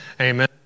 Amen